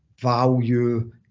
value